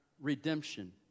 redemption